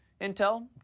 Intel